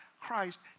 Christ